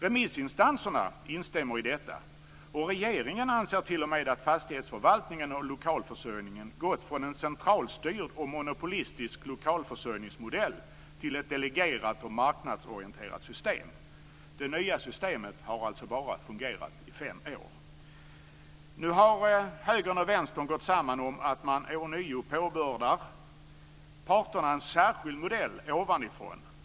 Remissinstanserna instämmer i detta, och regeringen anser t.o.m. att fastighetsförvaltningen och lokalförsörjningen gått från en centralstyrd och monopolistisk lokalförsörjningsmodell till ett delegerat och marknadsorienterat system. Det nya systemet har alltså bara fungerat i fem år. Nu har högern och vänstern gått samman om att man ånyo påbördar parterna en särskild modell "ovanifrån".